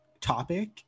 topic